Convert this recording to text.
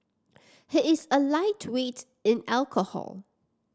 he is a lightweight in alcohol